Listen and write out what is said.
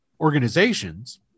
organizations